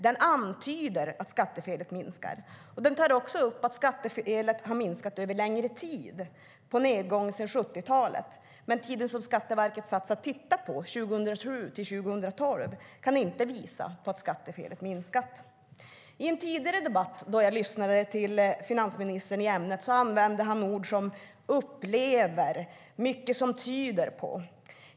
Den antyder att skattefelet minskar. Den tar också upp att skattefelet har minskat över längre tid och har varit på nedgång sedan 70-talet. Men under den tid som Skatteverket sattes att titta på, 2007-2012, kan man inte visa på att skattefelet minskat. I en tidigare debatt i ämnet då jag lyssnade på finansministern använde han ord som "upplever" och "mycket som tyder på".